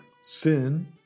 Sin